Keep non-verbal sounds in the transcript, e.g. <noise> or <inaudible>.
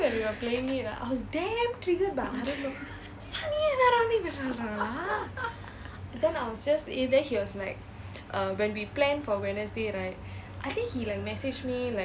<laughs>